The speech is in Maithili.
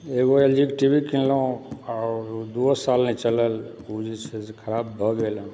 एगो एलजीके टी वी कीनलहुँ आ ओ दूओ साल नहि चलल ओ जे छै से खराब भए गेल हँ